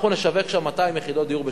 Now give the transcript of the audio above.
בשבוע הבא אנחנו נשווק 200 יחידות דיור.